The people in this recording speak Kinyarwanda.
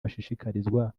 bashishikarizwa